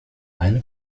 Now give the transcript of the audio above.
eine